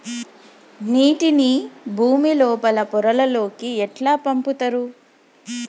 నీటిని భుమి లోపలి పొరలలోకి ఎట్లా పంపుతరు?